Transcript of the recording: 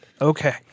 Okay